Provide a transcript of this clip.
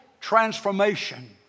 transformation